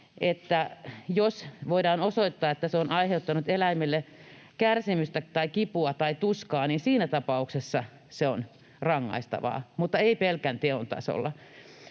jos voidaan osoittaa, että se on aiheuttanut eläimille kärsimystä tai kipua tai tuskaa, niin siinä tapauksessa se on rangaistavaa, mutta ei pelkän teon tasolla.